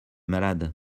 malade